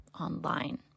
online